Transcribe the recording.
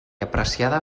apreciada